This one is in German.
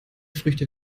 früchte